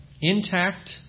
intact